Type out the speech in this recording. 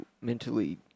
mentally